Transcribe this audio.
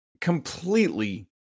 completely